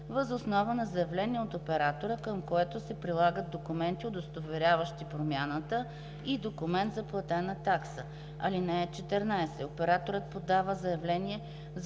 въз основа на заявление от оператора, към което се прилагат документи, удостоверяващи промяната, и документ за платена такса. (14) Операторът подава заявление за